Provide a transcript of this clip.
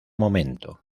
momento